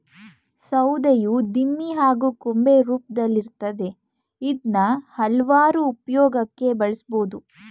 ಸೌಧೆಯು ದಿಮ್ಮಿ ಹಾಗೂ ಕೊಂಬೆ ರೂಪ್ದಲ್ಲಿರ್ತದೆ ಇದ್ನ ಹಲ್ವಾರು ಉಪ್ಯೋಗಕ್ಕೆ ಬಳುಸ್ಬೋದು